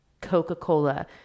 Coca-Cola